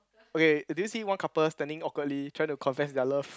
ok do you see one couple standing awkwardly try to confess their love